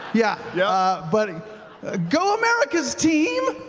yeah yeah, but go america's team?